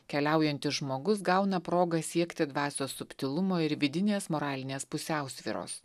keliaujantis žmogus gauna progą siekti dvasios subtilumo ir vidinės moralinės pusiausvyros